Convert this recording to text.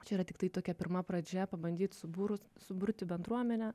čia yra tiktai tokia pirma pradžia pabandyt subūrus suburti bendruomenę